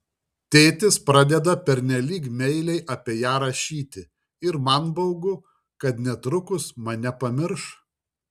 tėtis pradeda pernelyg meiliai apie ją rašyti ir man baugu kad netrukus mane pamirš